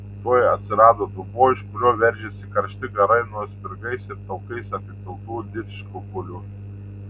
tuoj atsirado dubuo iš kurio veržėsi karšti garai nuo spirgais ir taukais apipiltų didžkukulių